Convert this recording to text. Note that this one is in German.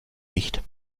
nicht